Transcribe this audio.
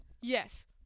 Yes